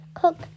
cook